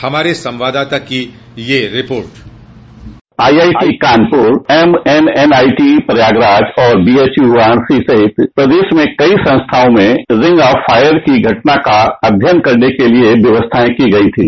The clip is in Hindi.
हमारे संवाददाता की report IIT Kanpur MNNIT Prayagraj और बीएचयू आईएमसी सहित प्रदेश में कई संस्थाओं में रिंग आंफ फॉयर की घटना का अध्ययन करने के लिए व्यवस्थाएं की गई थीं